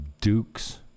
dukes